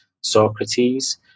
Socrates